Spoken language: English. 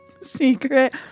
Secret